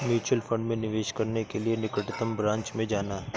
mutual fund में निवेश करने के लिए निकटतम ब्रांच में जाना